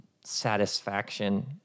satisfaction